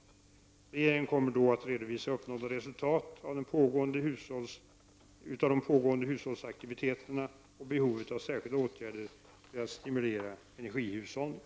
Regeringen kommer då att redovisa uppnådda resultat av de pågående hushållningsaktiviteterna och behovet av särskilda åtgärder för att stimulera energihushållning.